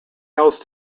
else